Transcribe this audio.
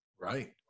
Right